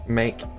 make